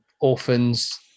Orphans